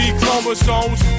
chromosomes